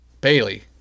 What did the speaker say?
Bailey